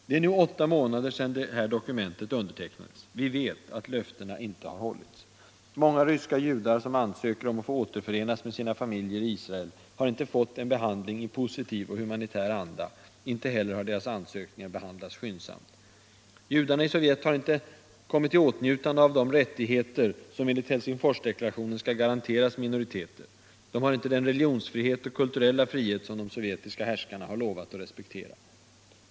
Det är nu åtta månader sedan det här dokumentet undertecknades. Vi vet att löftena inte har hållits. Många ryska judar, som ansöker om att få återförenas med sina familjer i Israel, har inte fått en behandling i positiv och humanitär anda, inte heller har deras ansökningar behandlats skyndsamt. Judarna i Sovjet har inte kommit i åtnjutande av de rättigheter som enligt Helsingforsdeklarationen skall garanteras minoriteter. De har inte den religionsfrihet och kulturella frihet som de sovjetiska härskarna har lovat att respektera.